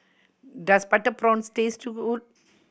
does butter prawns taste good